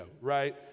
right